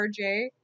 RJ